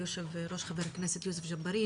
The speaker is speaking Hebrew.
ברכות ליושב ראש הוועדה חבר הכנסת יוסף ג'בארין